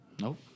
Nope